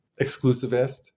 exclusivist